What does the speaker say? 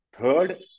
Third